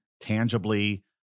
tangibly